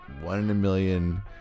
one-in-a-million